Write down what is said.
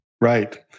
Right